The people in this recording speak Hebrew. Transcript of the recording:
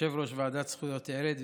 ליושב-ראש הוועדה לזכויות הילד,